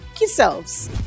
yourselves